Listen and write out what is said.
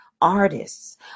artists